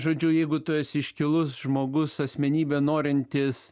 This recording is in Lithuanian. žodžiu jeigu tu esi iškilus žmogus asmenybė norintis